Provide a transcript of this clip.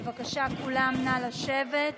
בבקשה, כולם, נא לשבת.